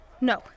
No